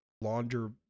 launder